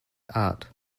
art